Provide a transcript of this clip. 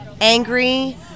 angry